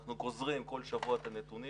אנחנו גוזרים כל שבוע את הנתונים,